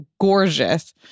gorgeous